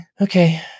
okay